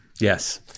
yes